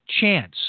chance